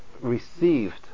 received